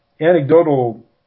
Anecdotal